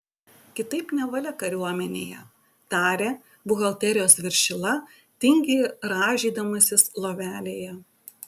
kitaip nevalia kariuomenėje tarė buhalterijos viršila tingiai rąžydamasis lovelėje